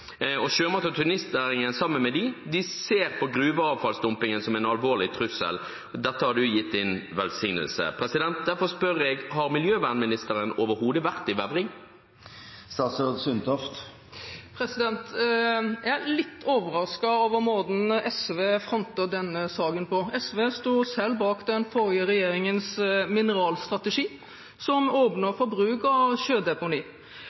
og sjømat- og turistnæringen sammen med dem, ser på gruveavfallsdumpingen som en alvorlig trussel. Dette har statsråden gitt sin velsignelse til. Derfor spør jeg: Har miljøvernministeren overhodet vært i Vevring? Jeg er litt overrasket over måten SV fronter denne saken på. SV sto selv bak den forrige regjeringens mineralstrategi som åpner for bruk av sjødeponi.